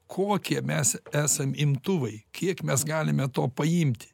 kokie mes esam imtuvai kiek mes galime to paimti